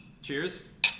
Cheers